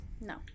no